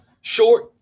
Short